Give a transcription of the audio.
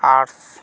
arts